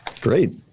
Great